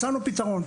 מצאנו פתרון.